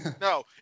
No